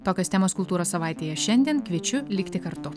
tokios temos kultūros savaitėje šiandien kviečiu likti kartu